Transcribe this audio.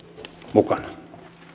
mukana